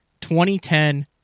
2010